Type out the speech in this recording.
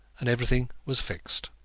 and everything was fixed.